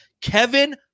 Kevin